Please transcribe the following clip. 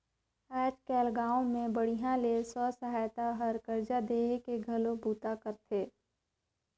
आयज कायल गांव मे बड़िहा ले स्व सहायता हर करजा देहे के घलो बूता करथे